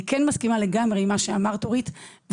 אני מסכימה עם מה שאמרה חברת הכנסת סטרוק,